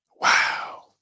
Wow